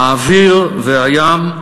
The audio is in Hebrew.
האוויר והים,